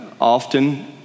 often